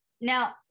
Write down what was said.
Now